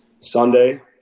Sunday